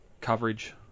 coverage